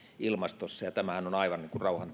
ilmastossa ja tämähän on aivan